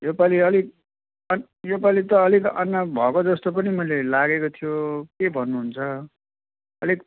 यो पालि अलिक अलिक योपालि त अलिक अन्न भएको जस्तो पनि मैले लागेको थियो के भन्नुहुन्छ अलिक